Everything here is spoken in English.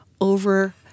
over